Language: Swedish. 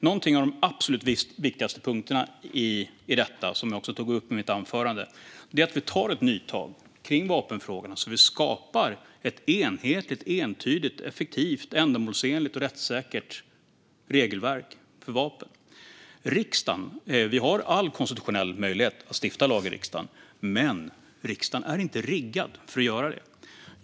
En av de absolut viktigaste punkterna i detta, som jag också tog upp i mitt anförande, är att vi gör ett nytag kring vapenfrågorna så att vi skapar ett enhetligt, entydigt, effektivt, ändamålsenligt och rättssäkert regelverk för vapen. Vi har all konstitutionell möjlighet att stifta lag i riksdagen, men riksdagen är inte riggad för att göra det.